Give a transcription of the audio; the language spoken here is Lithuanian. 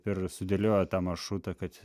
ir sudėliojo tą maršrutą kad